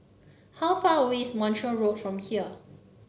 how far away is Montreal Road from here